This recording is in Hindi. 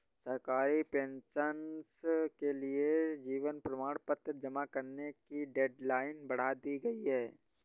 सरकारी पेंशनर्स के लिए जीवन प्रमाण पत्र जमा करने की डेडलाइन बढ़ा दी गई है